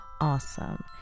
awesome